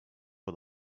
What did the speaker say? for